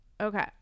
Okay